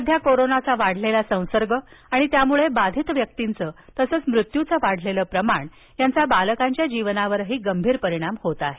सध्या कोरोनाचा वाढलेला संसर्ग आणि त्यामुळे बाधीत व्यक्तींचं तसंच मृत्युचं वाढलेलं प्रमाण यांचा बालकांच्या जीवनावरदेखील गंभीर परिणाम होत आहे